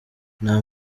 nta